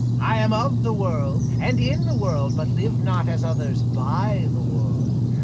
i am of the world, and in the world, but live not as others by the world.